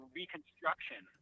reconstruction